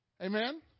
Amen